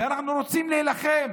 ואנחנו רוצים להילחם